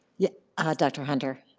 yeah ah dr. hunter?